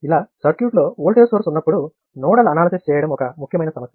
ఇలా సర్క్యూట్లో voltage source ఉన్నప్పుడు నోడల్ అనాలిసిస్ చేయడం ఒక ముఖ్యమైన సమస్య